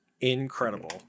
Incredible